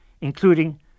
including